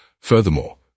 Furthermore